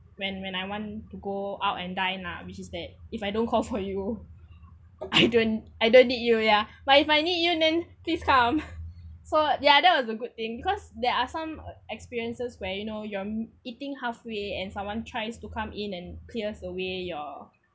when when I want to go out and dine lah which is that if I don't call for you I don't I don't need you ya but if I need you then please come so ya that was a good thing cause there are some experiences where you know you're eating halfway and someone tries to come in and clears away your